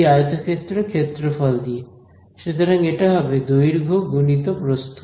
এই আয়তক্ষেত্রের ক্ষেত্রফল দিয়ে সুতরাং এটা হবে দৈর্ঘ্য × প্রস্থ